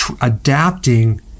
adapting